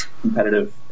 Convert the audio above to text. competitive